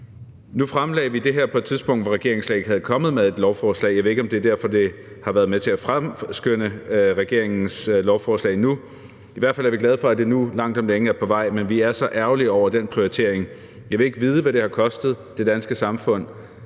Nu fremsatte vi det her på et tidspunkt, hvor regeringen slet ikke var kommet med et lovforslag – jeg ved ikke, om det er det, der har været med til at fremskynde regeringens lovforslag. Men i hvert fald er vi glade for, at det nu langt om længe er på vej, men vi er så ærgerlige over den prioritering. Jeg vil ikke vide, hvad det har kostet det danske samfund,